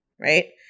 right